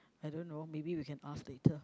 I don't know maybe we can ask later